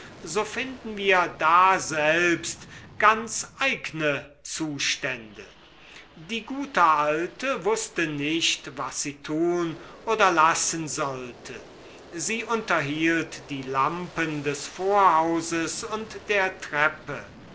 so finden wir daselbst ganz eigne zustände die gute alte wußte nicht was sie tun oder lassen sollte sie unterhielt die lampen des vorhauses und der treppe